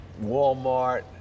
Walmart